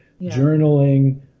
journaling